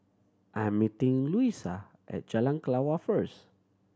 I'm meeting Luisa at Jalan Kelawar first